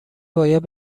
باید